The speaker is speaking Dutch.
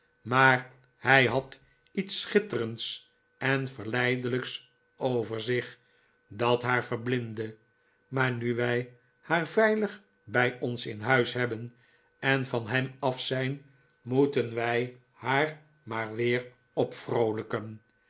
maar hij had iets schitterends en verleidelijks over zich dat haar vermindde maar nu wij haar veilig bij ons in huis hebben en van hem af zijn moeten wij haar maar weer